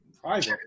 private